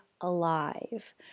Alive